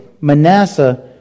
Manasseh